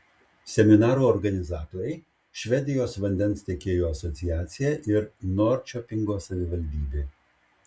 seminarų organizatoriai švedijos vandens tiekėjų asociacija ir norčiopingo savivaldybė